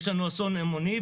יש לנו אסון המוני,